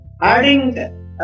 adding